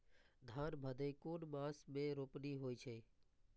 धान भदेय कुन मास में रोपनी होय छै?